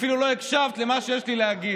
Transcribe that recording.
אפילו לא הקשבת למה שיש לי להגיד.